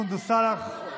חברת הכנסת סונדוס סאלח,